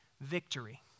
victory